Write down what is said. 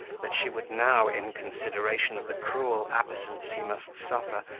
that she would now, in consideration of the cruel absence he must suffer,